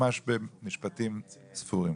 ממש במשפטים ספורים.